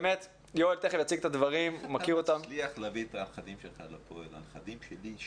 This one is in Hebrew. באמת להחזיר חלק משמעותי מענפי הספורט המקצוענים,